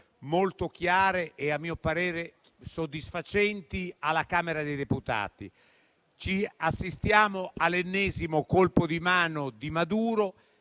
molto chiare e, a mio parere, soddisfacenti alla Camera dei deputati. Assistiamo all'ennesimo colpo di mano di Maduro.